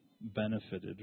benefited